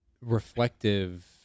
reflective